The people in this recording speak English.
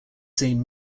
same